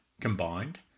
combined